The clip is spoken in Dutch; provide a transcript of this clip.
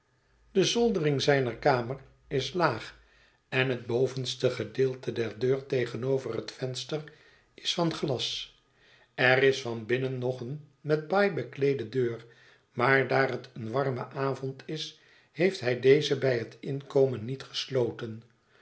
de zoldering zijner kamer is laag en het bovenste gedeelte der deur tegenover het venster is van glas er is van binnen nog eene met baai bekleede deur maar daar het een warme avond is heeft hij deze bij het inkomen niet gesloten